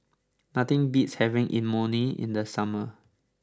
nothing beats having Imoni in the summer